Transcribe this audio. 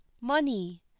money